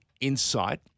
insight